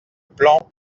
plan